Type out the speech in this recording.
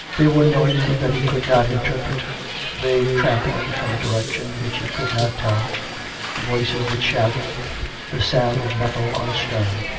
there were noises that he could not interpret a vague tramplings from a direction which he could not tell voices that shouted the sound of metal on stone.